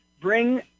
bring